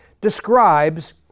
describes